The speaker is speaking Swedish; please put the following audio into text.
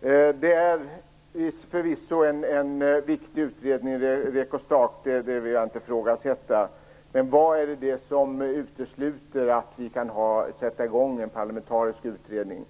REKO-STAT är förvisso en viktig utredning, det vill jag inte ifrågasätta. Men vad är det som utesluter att vi sätter i gång en parlamentarisk utredning?